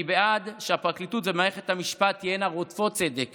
אני בעד שהפרקליטות ומערכת המשפט תהיינה רודפות צדק